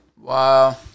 Wow